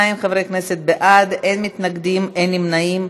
22 חברי כנסת בעד, אין מתנגדים, אין נמנעים.